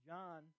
John